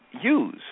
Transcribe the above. use